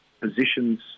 positions